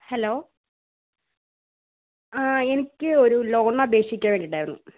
hello ആ എനിക്ക് ഒരു ലോണിന് അപേക്ഷിക്കാൻ വേണ്ടിയിട്ടായിരുന്നു